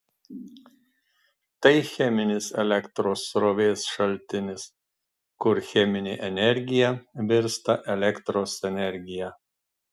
tai cheminis elektros srovės šaltinis kur cheminė energija virsta elektros energija